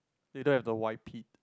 they don't have to wipe it